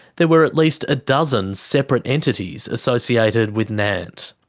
there were at least a dozen separate entities associated with nant.